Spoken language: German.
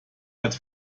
hat